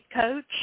coach